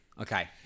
okay